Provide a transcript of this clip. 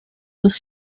was